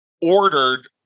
ordered